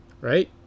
Right